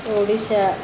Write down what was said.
Odisha